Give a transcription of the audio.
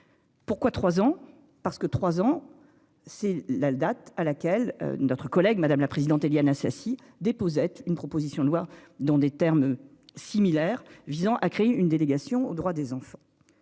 Pourquoi 3 ans parce que 3 ans c'est la date à laquelle notre collègue Madame la présidente, Éliane Assassi déposait une proposition de loi dans des termes similaires visant à créer une délégation aux droits des enfants.